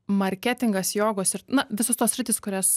marketingas jogos ir na visos tos sritys kurias